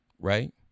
right